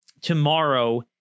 tomorrow